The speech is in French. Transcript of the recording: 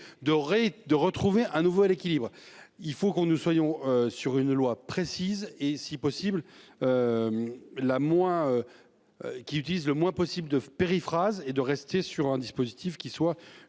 de retrouver un nouvel équilibre, il faut qu'on nous soyons sur une loi. Précise et si possible. La moins. Qui utilise le moins possible de périphrases et de rester sur un dispositif qui soit